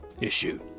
issue